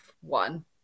one